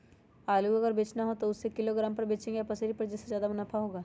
आलू अगर बेचना हो तो हम उससे किलोग्राम पर बचेंगे या पसेरी पर जिससे ज्यादा मुनाफा होगा?